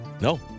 No